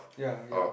ya ya